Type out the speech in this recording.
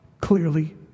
clearly